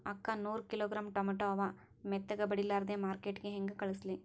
ಅಕ್ಕಾ ನೂರ kilogram tomato ಅವ, ಮೆತ್ತಗಬಡಿಲಾರ್ದೆ ಮಾರ್ಕಿಟಗೆ ಹೆಂಗ ಕಳಸಲಿ?